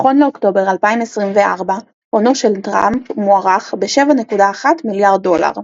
נכון לאוקטובר 2024 הונו של טראמפ מוערך ב-7.1 מיליארד דולר.